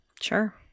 Sure